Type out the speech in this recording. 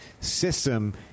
system